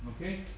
Okay